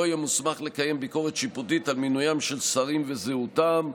לא יהיה מוסמך לקיים ביקורת שיפוטית על מינויים של שרים וזהותם,